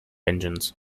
engines